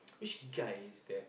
which guy is that